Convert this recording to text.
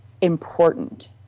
important